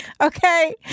Okay